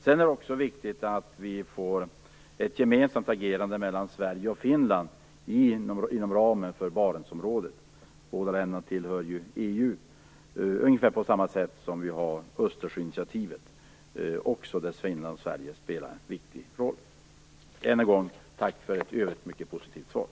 Sedan är det också viktigt att vi får ett gemensamt agerande mellan Sverige och Finland inom ramen för Barentsområdet - båda länderna tillhör ju EU - ungefär på samma sätt som när det gäller Östersjöinitiativet där också Sverige och Finland spelar en viktig roll. Än en gång: Tack för ett i övrigt mycket positivt svar.